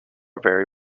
very